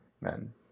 men